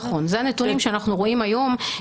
נכון, זה הנתונים שאנחנו רואים היום.